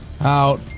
Out